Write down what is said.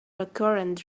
recurrent